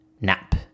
Nap